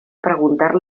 preguntar